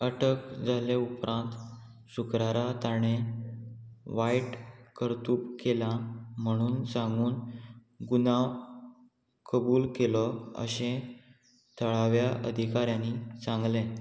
अटक जाले उपरांत शुक्रारा ताणें वायट करतूब केलां म्हणून सांगून गुन्यांव कबूल केलो अशें थळाव्या अधिकाऱ्यांनी सांगलें